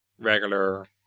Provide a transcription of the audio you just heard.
regular